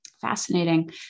Fascinating